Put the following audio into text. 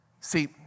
See